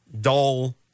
dull